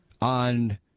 on